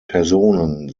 personen